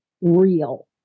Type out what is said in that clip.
real